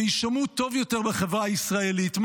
שיישמעו טוב יותר בחברה הישראלית,